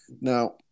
Now